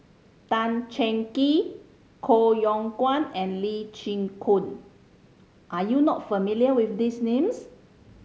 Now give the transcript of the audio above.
Tan Cheng Kee Koh Yong Guan and Lee Chin Koon are you not familiar with these names